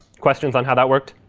questions on how that worked?